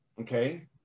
okay